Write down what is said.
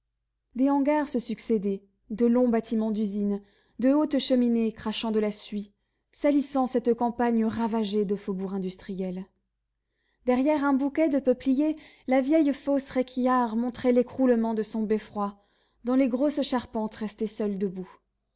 des hangars se succédaient de longs bâtiments d'usine de hautes cheminées crachant de la suie salissant cette campagne ravagée de faubourg industriel derrière un bouquet de peupliers la vieille fosse réquillart montrait l'écroulement de son beffroi dont les grosses charpentes restaient seules debout